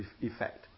effect